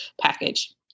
package